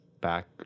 back